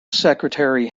secretary